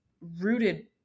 rooted